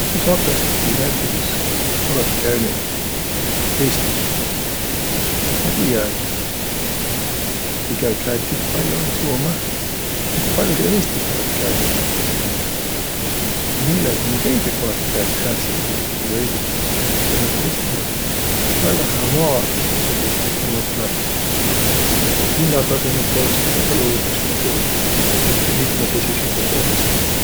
Ku sakõstõ ti näütüses olõt käünüq Eestih? Ma tiiä, et ti käüt Lätih pall'o ja Soomõh, a ku pall'o ti Eestih olõt käünüq? Mille ti nii veidüq olõt käünüq, sääntsel juhul, kui ti veidüq olõt käünüq? Selle et Eesti um väega hää maa, nigu, ma mõtlõ, sääntse nigu hinnatasõmõ poolõst, aga ka luudusIigu sääntse mitmõkesisüse poolõst.